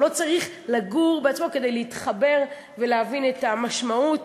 אבל לא צריך לגור בעצמך כדי להתחבר ולהבין את המשמעות.